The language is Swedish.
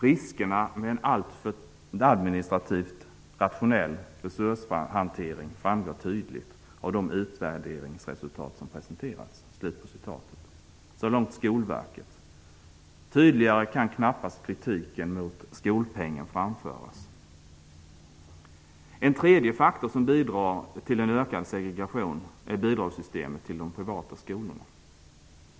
Riskerna med en alltför administrativt rationell resurshantering framgår tydligt av de utvärderingsresultat som presenterats.'' Så långt Skolverket. Tydligare kan knappast kritiken mot skolpengen framföras! En tredje faktor som bidrar till en ökad segregation är bidragssystemet för de privata skolorna.